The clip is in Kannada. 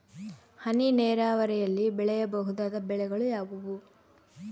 ಹನಿ ನೇರಾವರಿಯಲ್ಲಿ ಬೆಳೆಯಬಹುದಾದ ಬೆಳೆಗಳು ಯಾವುವು?